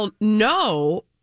no